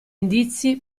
indizi